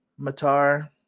Matar